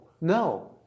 No